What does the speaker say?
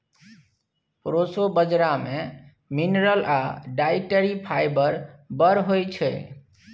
proso बजरा मे mineral आ डाइटरी फाइबर बड़ होइ छै